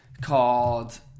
called